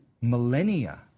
Millennia